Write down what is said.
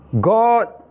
God